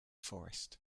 forest